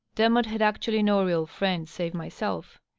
demotte had actually no real friend save myself.